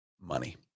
money